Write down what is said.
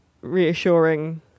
reassuring